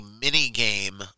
mini-game